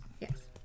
Yes